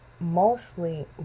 mostly